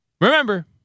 Remember